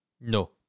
No